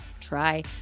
try